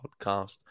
podcast